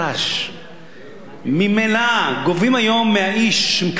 ממילא גובים היום מהאיש שחי מקצבה, אתם יודעים מה?